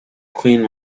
cleaned